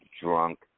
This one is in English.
drunk